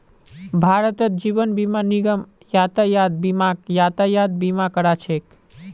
भारतत जीवन बीमा निगम यातायात बीमाक यातायात बीमा करा छेक